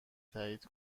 تایید